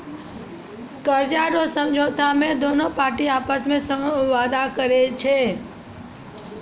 कर्जा रो समझौता मे दोनु पार्टी आपस मे वादा करै छै